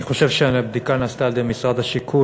אני חושב שהבדיקה נעשתה על-ידי משרד השיכון.